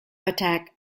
attack